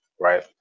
right